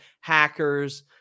hackers